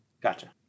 Gotcha